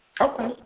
Okay